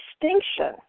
distinction